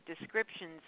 descriptions